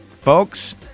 Folks